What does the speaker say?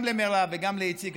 גם למירב וגם לאיציק,